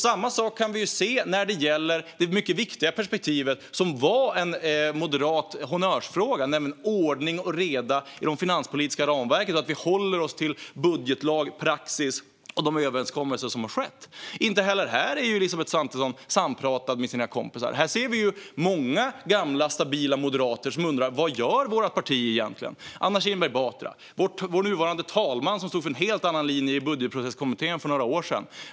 Samma sak kan vi se när det gäller det mycket viktiga perspektiv som var en moderat honnörsfråga, nämligen ordning och reda i det finanspolitiska ramverket och att vi håller oss till budgetlag, praxis och de överenskommelser som gjorts. Inte heller här är Elisabeth Svantesson sampratad med sina kompisar. Här ser vi många gamla, stabila moderater som undrar: Vad gör vårt parti egentligen? Det är Anna Kinberg Batra. Det är vår nuvarande talman, som stod för en helt annan linje i Budgetprocesskommittén för några år sedan.